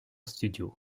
studios